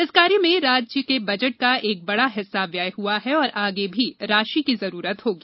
इस कार्य में राज्य के बजट का एक बड़ा हिस्सा व्यय हुआ है और आगे भी राशि की जरूरत होगी